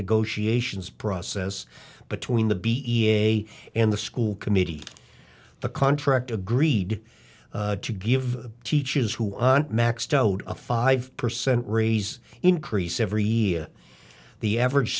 negotiations process between the b e a and the school committee the contract agreed to give teaches who maxed out a five percent raise increase every year the average